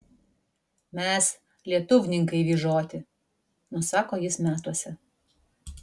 mes lietuvninkai vyžoti nusako jis metuose